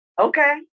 Okay